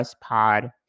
pod